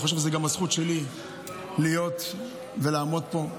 אני חושב שזו גם הזכות שלי להיות ולעמוד פה,